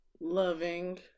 loving